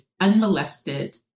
unmolested